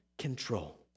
control